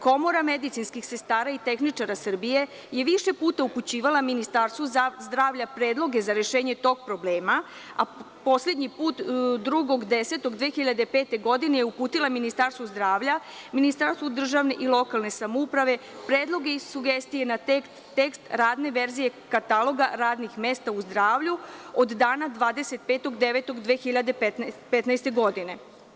Komora medicinskih sestara i tehničara Srbije je više puta upućivala Ministarstvu zdravlja predloge za rešenje tog problema, a poslednji put 2.10.2015. godine je uputila Ministarstvu zdravlja, Ministarstvu državne i lokalne samouprave, predloge i sugestije na tekst radne verzije kataloga radnih mesta u zdravlju od dana 25.09.2015. godine.